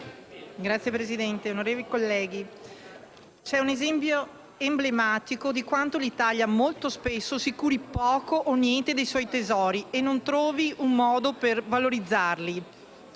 c'è un esempio emblematico di quanto l'Italia molto spesso si curi poco o niente dei suoi tesori e non trovi un modo per valorizzarli.